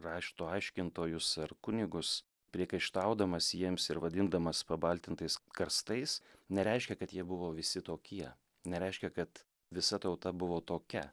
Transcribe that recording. rašto aiškintojus ar kunigus priekaištaudamas jiems ir vadindamas pabaltintais karstais nereiškia kad jie buvo visi tokie nereiškia kad visa tauta buvo tokia